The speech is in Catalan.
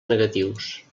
negatius